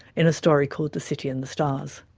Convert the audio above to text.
in a story called the city and the stars.